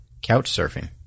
Couchsurfing